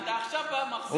אתה עכשיו מחזיר לו, אני מבין.